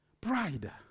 Pride